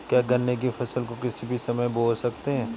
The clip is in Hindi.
क्या गन्ने की फसल को किसी भी समय बो सकते हैं?